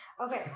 Okay